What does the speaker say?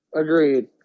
Agreed